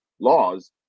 laws